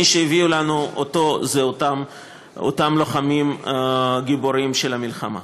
מי שהביא לנו אותו זה אותם לוחמים גיבורים של המלחמה.